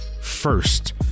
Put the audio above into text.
first